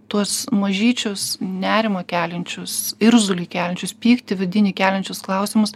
tuos mažyčius nerimą keliančius irzulį keliančius pyktį vidinį keliančius klausimus